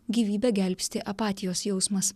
gyvybę gelbsti apatijos jausmas